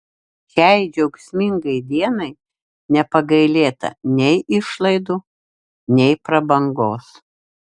šiai džiaugsmingai dienai nepagailėta nei išlaidų nei prabangos